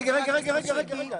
חבר הכנסת מישרקי,